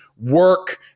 Work